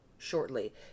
Shortly